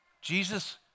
Jesus